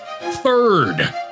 Third